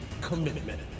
commitment